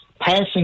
passing